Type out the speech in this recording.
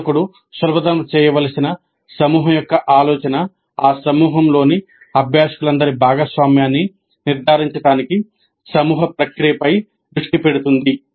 బోధకుడు సులభతరం చేయవలసిన సమూహం యొక్క ఆలోచన ఆ సమూహంలోని అభ్యాసకులందరి భాగస్వామ్యాన్ని నిర్ధారించడానికి సమూహ ప్రక్రియపై దృష్టి పెడుతుంది